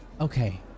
okay